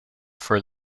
for